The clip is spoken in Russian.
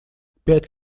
пять